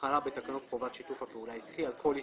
להחלה בתקנות חובת שיתוף הפעולה העסקי על כל התקשרות.